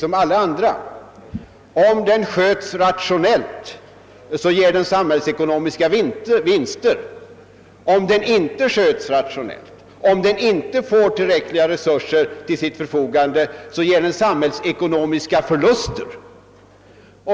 Om denna verksamhet skötes rationellt ger den samhällsekonomiska vinster, men får inte vägväsendet tillräckliga resurser och blir verksamheten icke rationellt skött, uppstår samhällsekonomiska förluster.